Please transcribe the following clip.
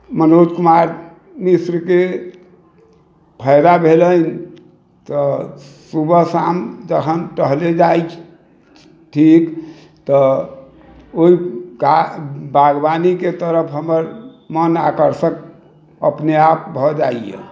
मनोज कुमार मिश्रके फायदा भेलनि तऽ सुबह शाम जखनि टहले जाइ छी तऽ ओहि गाछ बागवानीके तरफ हमर मन आकर्षक अपने आप भऽ जाइया